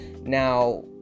now